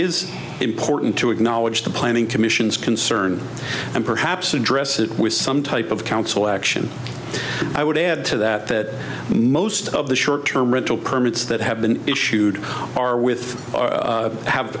is important to acknowledge the planning commission is concerned and perhaps address it with some type of council action i would add to that that most of the short term rental permits that have been issued are with